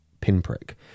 pinprick